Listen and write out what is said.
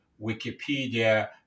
Wikipedia